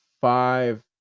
five